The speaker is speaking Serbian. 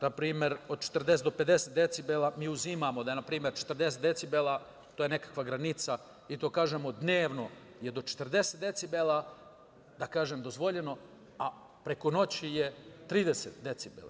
Na primer, od 40 do 50 decibela, mi uzimamo da je npr. 40 decibela nekakva granica, kažemo dnevno je do 40 decibela dozvoljeno, a preko noći je 30 decibela.